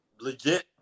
legit